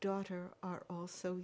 daughter are also